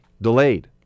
delayed